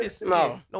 no